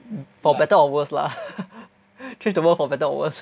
for better or worse lah change the world for better or worse